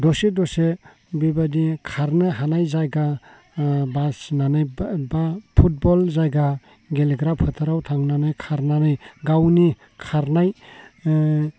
दसे दसे बेबायदि खारनो हानाय जायगा बासिनानै बा फुटबल जायगा गेलेग्रा फोथाराव थांनानै खारनानै गावनि खारनाय